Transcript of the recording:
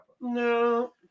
No